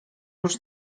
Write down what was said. już